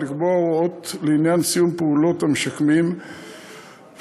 ולקבוע בו הוראות לעניין סיום פעולת המשקמים והמינהלה,